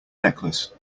necklace